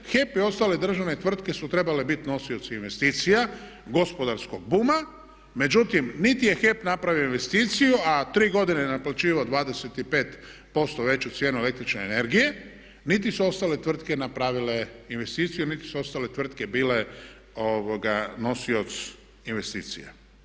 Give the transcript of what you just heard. HEP i ostale državne tvrtke su trebale biti nosioci investicija gospodarskog buma, međutim niti je HEP napravio investiciju, a tri godine je naplaćivao 25% veću cijenu električne energije, niti su ostale tvrtke napravile investiciju, niti su ostale tvrtke bile nosioc investicija.